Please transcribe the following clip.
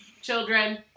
children